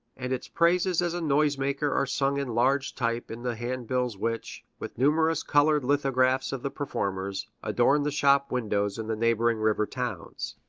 and its praises as a noise-maker are sung in large type in the handbills which, with numerous colored lithographs of the performers, adorn the shop windows in the neighboring river towns.